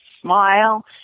smile